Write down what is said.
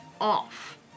off